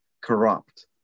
corrupt